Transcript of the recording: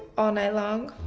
all night long?